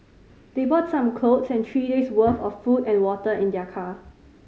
they brought some clothes and three days' worth of food and water in their car